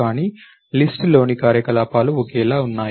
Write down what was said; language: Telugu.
కానీ లిస్ట్ లోని కార్యకలాపాలు ఒకేలా ఉన్నాయి